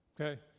Okay